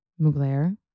Mugler